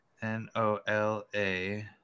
N-O-L-A